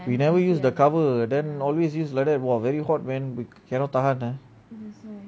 we never use the cover that always use like that then very hot ah then cannot tahan